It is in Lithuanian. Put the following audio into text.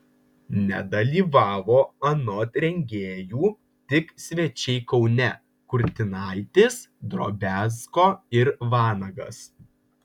nedalyvavo anot rengėjų tik svečiai kaune kurtinaitis drobiazko ir vanagas